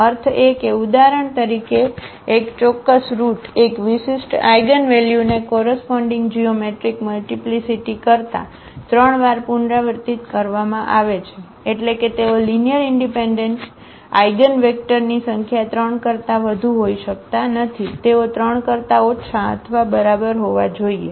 અર્થ એ કે ઉદાહરણ તરીકે એક ચોક્કસ રુટ એક વિશિષ્ટ આઇગનવલ્યુને કોરસપોન્ડીગ જીઓમેટ્રિક મલ્ટીપ્લીસીટી કરતા 3 વાર પુનરાવર્તિત કરવામાં આવે છે એટલે કે તેઓ લીનીઅરઇનડિપેન્ડન્ટ આઇગનવેક્ટરની સંખ્યા 3 કરતા વધુ હોઈ શકતા નથી તેઓ 3 કરતા ઓછા અથવા બરાબર હોવું જોઈએ